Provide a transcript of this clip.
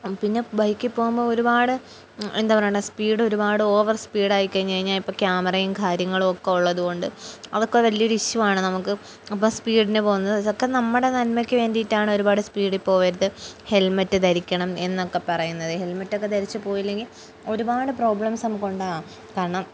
പിന്നെ ബൈക്കിൽ പോകുമ്പോ ഒരുപാട് എന്താ പറയണ്ട സ്പീഡ് ഒരുപാട് ഓവർ സ്പീഡ് ആയി കഴിഞ്ഞ് കഴിഞ്ഞാ ഇപ്പ ക്യാമറയും കാര്യങ്ങളും ഒക്കെ ഒള്ളത്ുകൊണ്ട് അതൊക്കെ വല്യൊരു ഇഷ്യൂാണ് നമുക്ക് അപ്പ സ്പീഡിന് പോകുന്നത്തൊക്കെ നമ്മടെ നന്മയ്ക്ക് വേണ്ടീട്ടാണ് ഒരുപാട് സ്പീഡിൽ പോവരുത് ഹെൽമെറ്റ് ധരിക്കണം എന്നൊക്കെ പറയുന്നത് ഹെൽമറ്റൊക്കെ ധരിച്ച് പോയില്ലെങ്കി ഒരുപാട് പ്രോബ്ലംസ് നമുക്ക്ുണ്ടകാം കാരണം